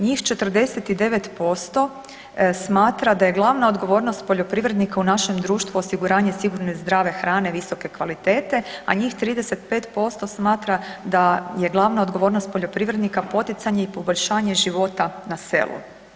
Njih 49% smatra da je glavna odgovornost poljoprivrednika u našem društvu osiguranje sigurne zdrave hrane visoke kvalitete, a njih 35% smatra da je glavna odgovornost poljoprivrednika poticanje i poboljšanje života na selu.